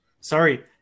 sorry